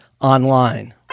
online